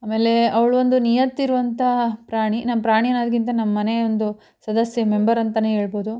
ಆಮೇಲೆ ಅವಳು ಒಂದು ನಿಯತ್ತಿರುವಂತಹ ಪ್ರಾಣಿ ನಂಗೆ ಪ್ರಾಣಿ ಅನ್ನೋದ್ಕಿಂತ ನಮ್ಮ ಮನೆಯ ಒಂದು ಸದಸ್ಯೆ ಮೆಂಬರ್ ಅಂತಲೇ ಹೇಳ್ಬೋದು